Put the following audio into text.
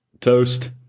toast